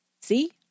See